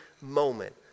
moment